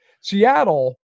Seattle